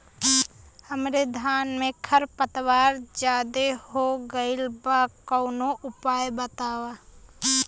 हमरे धान में खर पतवार ज्यादे हो गइल बा कवनो उपाय बतावा?